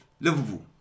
Liverpool